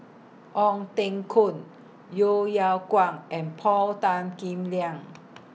Ong Teng Koon Yeo Yeow Kwang and Paul Tan Kim Liang